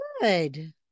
Good